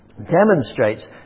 demonstrates